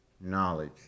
knowledge